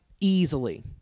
Easily